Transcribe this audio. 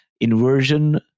inversion